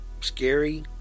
scary